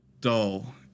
dull